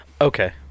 Okay